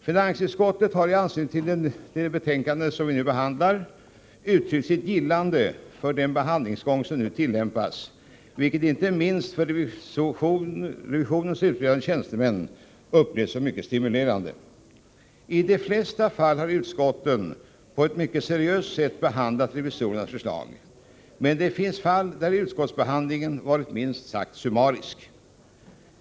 Finansutskottet har i anslutning till det betänkande som vi nu behandlar uttryckt sitt gillande med den behandlingsgång som nu tillämpas, vilket inte minst av revisionens utredande tjänstemän upplevs som mycket stimulerande. I de flesta fall har utskotten på ett mycket seriöst sätt behandlat revisorernas förslag. Det finns dock fall där utskottsbehandlingen varit minst sagt summarisk.